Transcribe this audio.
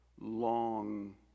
long